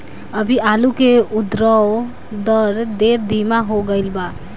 अभी आलू के उद्भव दर ढेर धीमा हो गईल बा